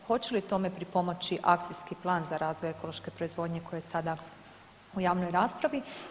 Hoće li tome pripomoći Akcijski plan za razvoj ekološke proizvodnje koji je sada u javnoj raspravi?